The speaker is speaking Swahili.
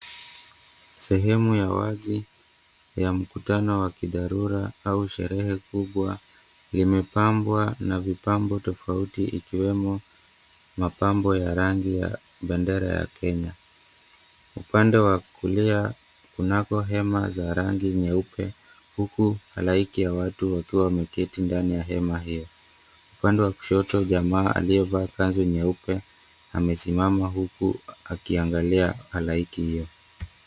Sehemu ya wazi ya mkutano wa kidharura au sherehe kubwa, limepambwa na vipambo tofauti ikiwemo mapambo ya rangi ya bendera ya Kenya. Upande wa kulia kunako hema za rangi nyeupe, huku halaiki watu wakiwa wameketi ndani ya hema hiyo. Upande wa kushoto jamaa aliyevaa kanzu nyeupe amesimama huku akiangalia halaiki hiyo.